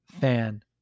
fan